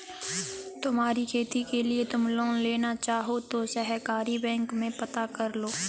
तुम्हारी खेती के लिए तुम लोन लेना चाहो तो सहकारी बैंक में पता करलो